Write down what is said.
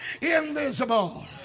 invisible